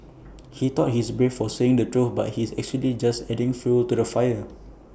he thought he's brave for saying the truth but he's actually just adding fuel to the fire